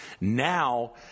now